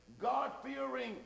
God-fearing